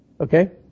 okay